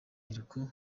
rubyiruko